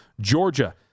Georgia